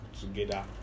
together